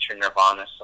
nirvana